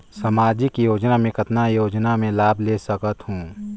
समाजिक योजना मे कतना योजना मे लाभ ले सकत हूं?